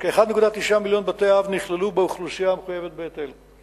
כ-1.9 מיליון בתי-אב נכללו באוכלוסייה המחויבת בהיטל.